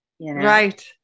right